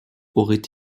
auraient